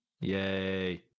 Yay